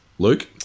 Luke